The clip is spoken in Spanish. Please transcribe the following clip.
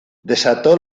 desató